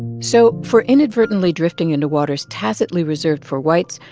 so for inadvertently drifting into waters tacitly reserved for whites,